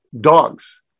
dogs